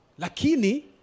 Lakini